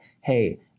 Hey